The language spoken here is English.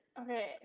okay